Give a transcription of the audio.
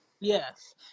yes